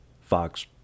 Fox